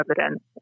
evidence